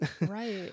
Right